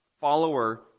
follower